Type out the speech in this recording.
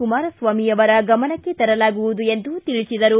ಕುಮಾರಸ್ವಾಮಿ ಅವರ ಗಮನಕ್ಕೆ ತರಲಾಗುವುದು ಎಂದು ತಿಳಿಸಿದರು